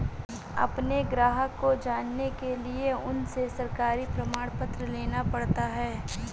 अपने ग्राहक को जानने के लिए उनसे सरकारी प्रमाण पत्र लेना पड़ता है